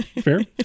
fair